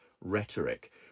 Rhetoric